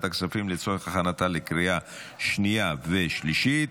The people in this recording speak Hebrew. הכספים לצורך הכנתה לקריאה שנייה ושלישית.